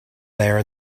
there